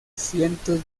cientos